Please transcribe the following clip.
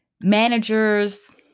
manager's